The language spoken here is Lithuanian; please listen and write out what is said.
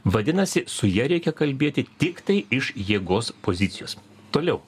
vadinasi su ja reikia kalbėti tiktai iš jėgos pozicijos toliau